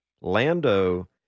Lando